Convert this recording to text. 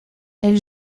elle